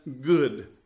good